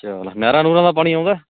ਚੱਲ ਨਹਿਰਾਂ ਨੂਰਾਂ ਦਾ ਪਾਣੀ ਆਉਂਦਾ